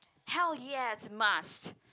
hell yes must